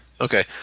Okay